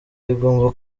rigomba